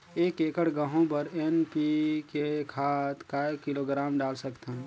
एक एकड़ गहूं बर एन.पी.के खाद काय किलोग्राम डाल सकथन?